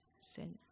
sin